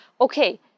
okay